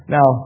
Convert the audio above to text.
Now